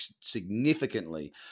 significantly